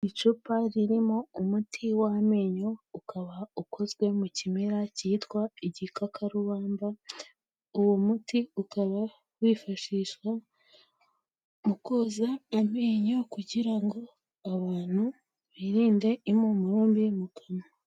Icupa ririmo umuti w'amenyo ukaba ukozwe mu kimera cyitwa igikakarubamba, uwo muti ukaba wifashishwa mu koza amenyo kugira ngo abantu birinde impumuro mbi mu kanwa.